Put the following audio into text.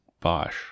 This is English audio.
Bosch